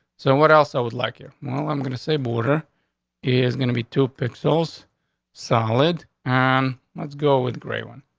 so what else? i would like you. well, i'm gonna say border is gonna be two pixels solid on. let's go with great one.